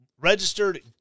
registered